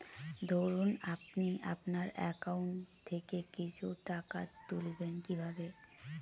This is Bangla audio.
ধরুন আপনি আপনার একাউন্ট থেকে কিছু টাকা তুলবেন কিভাবে?